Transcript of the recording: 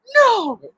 no